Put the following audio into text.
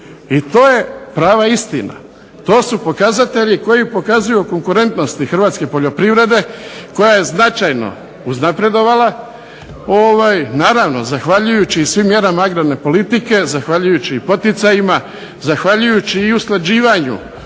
I to je prava istina, to su pokazatelji koji pokazuju o konkurentnosti hrvatske poljoprivrede koja je značajno uznapredovala naravno zahvaljujući i svim mjerama agrarne politike, zahvaljujući i poticajima, zahvaljujući i usklađivanju